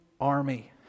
army